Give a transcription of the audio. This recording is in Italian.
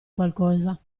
qualcosa